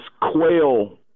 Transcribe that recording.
quail